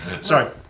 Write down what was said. Sorry